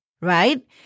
right